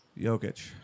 Jokic